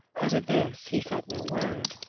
but of this he said no word.